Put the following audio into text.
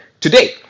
today